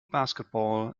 basketball